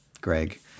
greg